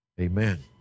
amen